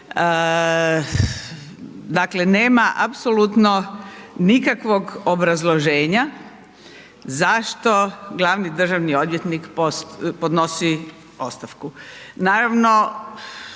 Dakle, nema apsolutno nikakvog obrazloženja zašto glavni državni odvjetnik podnosi ostavku.